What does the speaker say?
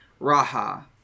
Raha